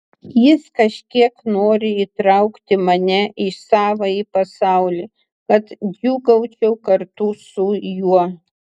jis kažkiek nori įtraukti mane į savąjį pasaulį kad džiūgaučiau kartu su juo